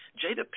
Jada